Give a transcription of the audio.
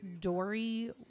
Dory